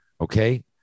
Okay